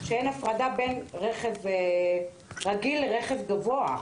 שאין הפרדה בין רכב רגיל לרכב גבוה.